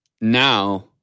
now